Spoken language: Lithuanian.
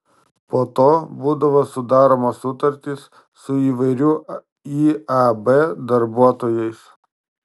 po to būdavo sudaromos sutartys su įvairių iab darbuotojais